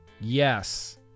Yes